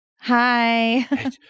Hi